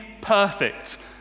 perfect